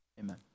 Amen